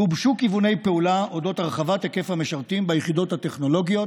גובשו כיווני פעולה להרחבת היקף המשרתים ביחידות הטכנולוגיות,